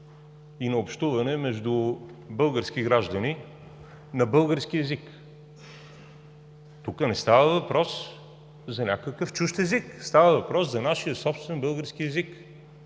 и на общуване между български граждани на български език. Тук не става въпрос за някакъв чужд език, става въпрос за нашия собствен български език